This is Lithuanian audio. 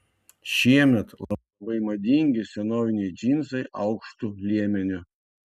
šiemet labai madingi senoviniai džinsai aukštu liemeniu